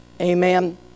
Amen